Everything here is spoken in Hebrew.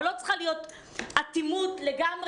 ולא צריכה להיות אטימות לגמרי,